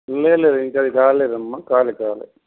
లేదు లేదు ఇంకా కాలేదమ్మ కాలె కాలేదు